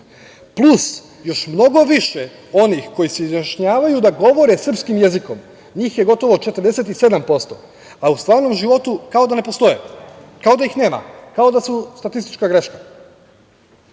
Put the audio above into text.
plus još mnogo više onih koji se izjašnjavaju da govore srpskim jezikom, njih je gotovo 47%. A u stvarnom životu kao da ne postoje, kao da ih nema, kao da su statistička greška.